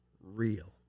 real